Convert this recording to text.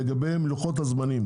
לגבי לוחות הזמנים